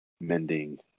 mending